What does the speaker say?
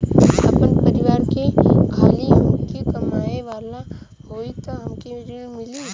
आपन परिवार में खाली हमहीं कमाये वाला हई तह हमके ऋण मिली?